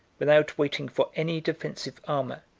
without waiting for any defensive armor,